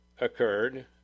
occurred